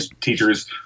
teachers